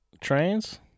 trains